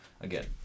again